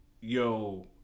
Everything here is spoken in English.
yo